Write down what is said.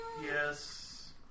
Yes